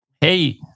hey